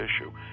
issue